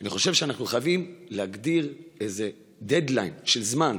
אני חושב שאנחנו חייבים להגדיר דד-ליין של זמן.